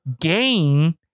gain